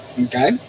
okay